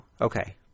Okay